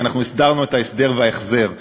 כי אנחנו הסדרנו את ההסדר וההחזר.